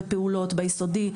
ביסודי,